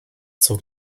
zog